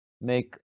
make